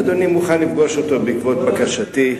אם אדוני מוכן לפגוש אותו בעקבות בקשתי.